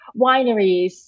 wineries